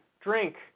drink